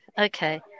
okay